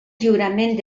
lliurament